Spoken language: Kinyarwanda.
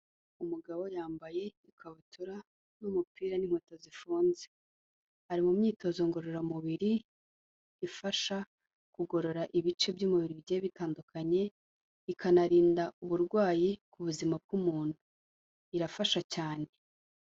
Umugabo yambaye ikabutura n'umupira n'inkweto zifunze. Ari mu myitozo ngororamubiri ifasha kugorora ibice by'umubiri bigiye bitandukanye, ikanarinda uburwayi ku buzima bw'umuntu, irafasha cyane.